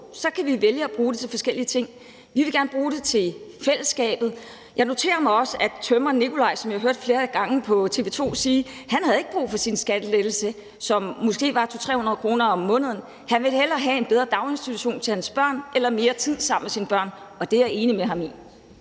så kan vælge at bruge det til forskellige ting. Vi vil gerne bruge det til fællesskabet, og jeg noterer mig også tømreren Nicolaj, som jeg flere gange har hørt sige på TV 2, at han ikke havde brug for sin skattelettelse, som måske var 200-300 kr. om måneden, men at han hellere ville have en bedre daginstitution til sine børn eller mere tid sammen med sine børn, og det er jeg enig med ham i.